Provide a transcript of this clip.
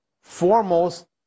foremost